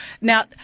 Now